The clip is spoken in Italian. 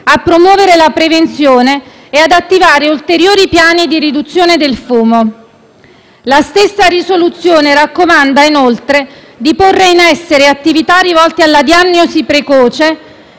promozione della prevenzione e all'attivazione di ulteriori piani di riduzione del fumo. La stessa risoluzione raccomanda, inoltre, di porre in essere attività rivolte alla diagnosi precoce